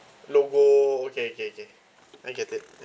logo okay okay okay I get it ya